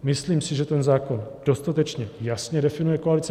Myslím si, že ten zákon dostatečně jasně definuje koalici.